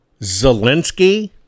Zelensky